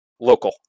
local